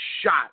shot